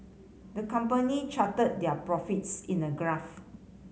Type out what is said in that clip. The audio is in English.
the company charted their profits in a graph